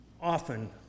often